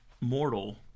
mortal